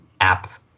app